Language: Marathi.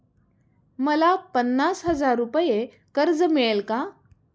मला पन्नास हजार रुपये कर्ज मिळेल का?